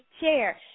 Chair